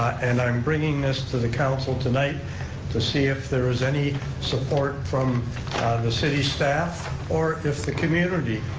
and i'm bringing this to the council tonight to see if there is any support from the city staff or if the community,